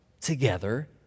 together